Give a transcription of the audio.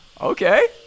Okay